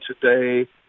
today